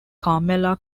carmela